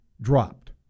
dropped